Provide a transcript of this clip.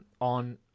On